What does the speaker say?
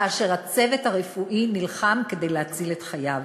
כאשר הצוות הרפואי נלחם כדי להציל את חייו.